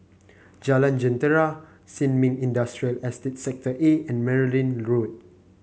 Jalan Jentera Sin Ming Industrial Estate Sector A and Merryn Road